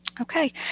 okay